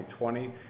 2020